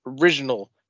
Original